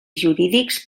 jurídics